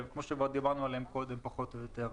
כפי שכבר דיברנו עליהן קודם פחות או יותר.